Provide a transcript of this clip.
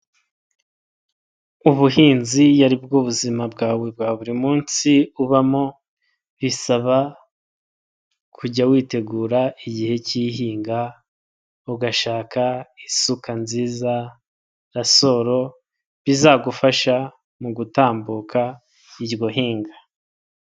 Ubuhinzi iyo aribwo buzima bwawe bwa buri munsi ubamo. Bisaba, kujya witegura igihe cy'ihinga, ugashaka isuka nziza, rasoro, bizagufasha mugutambuka iryo hinga.